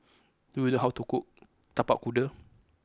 do you know how to cook Tapak Kuda